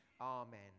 amen